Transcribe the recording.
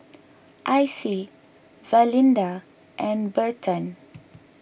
Icey Valinda and Burton